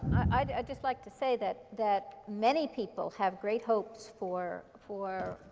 i'd just like to say that that many people have great hopes for for